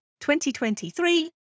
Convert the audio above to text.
2023